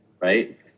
right